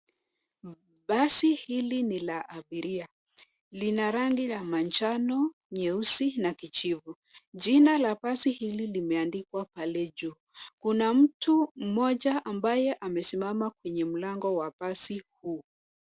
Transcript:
Basi hili ni la abiria. Lina rangi la manjano, nyeusi na kijivu. Jina la basi hili limeandikwa pale juu. Kuna mtu mmoja ambaye amesimama kwenye mlango wa basi huu.